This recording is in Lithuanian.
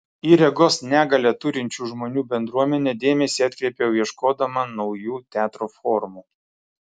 į regos negalią turinčių žmonių bendruomenę dėmesį atkreipiau ieškodama naujų teatro formų